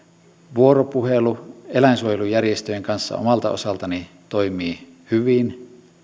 vuoropuhelu eläinsuojelujärjestöjen kanssa omalta osaltani toimii hyvin